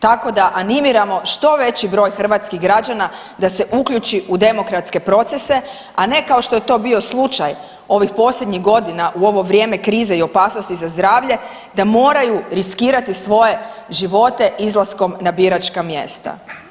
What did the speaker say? Tako da animiramo što veći broj hrvatskih građana da se uključi u demokratske procese a ne kao što je to bio slučaj ovih posljednjih godina u ovo vrijeme krize i opasnosti za zdravlje da moraju riskirati svoje živote izlaskom na biračka mjesta.